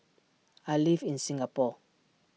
I live in Singapore